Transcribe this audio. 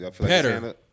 Better